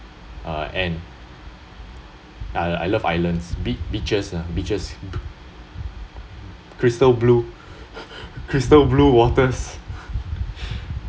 uh I I love island be~ beaches beaches crystal blue crystal blue waters